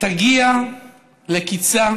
תגיע לקיצה